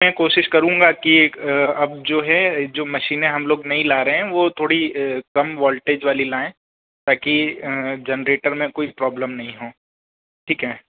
मैं कोशिश करूँगा कि अब जो है जो मशीनें हम लोग नहीं ला रहे हैं वो थोड़ी कम वोल्टेज वाली लाएँ ताकि जनरेटर में कोई प्रॉबलम नही हों ठीक है